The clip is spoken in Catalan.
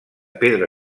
pedra